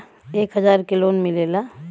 एक हजार के लोन मिलेला?